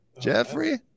Jeffrey